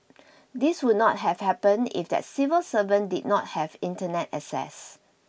this would not have happened if that civil servant did not have Internet access